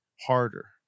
harder